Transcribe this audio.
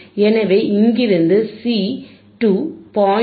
எனவே இங்கிருந்து சி 2 0